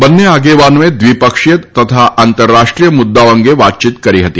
બંને આગેવાનોએ દ્વિપક્ષીય તથા આંતરરાષ્ટ્રીય મુદ્દાઓ અંગે વાતચીત કરી હતી